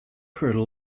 her